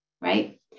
right